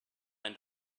and